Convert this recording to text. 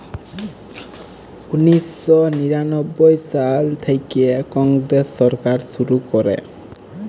উনিশ শ নিরানব্বই সাল থ্যাইকে কংগ্রেস সরকার শুরু ক্যরে